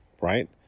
right